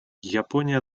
япония